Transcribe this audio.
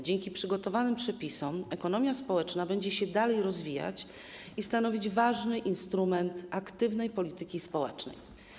Dzięki przygotowanym przepisom ekonomia społeczna będzie się dalej rozwijać i stanowić ważny instrument aktywnej polityki społecznej.